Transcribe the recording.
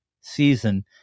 season